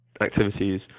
activities